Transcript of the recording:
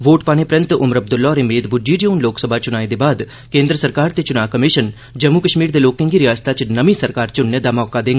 vote पाने परैन्त उमर अब्दुल्ला होरें मेद बुज्झी जे हून लोकसभा चुनाएं दे बाद केन्द्र सरकार ते चुनां कमिशन जम्मू कश्मीर दे लोकें गी रिआसता च नमीं सरकार चुनने दा मौका देङन